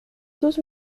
sus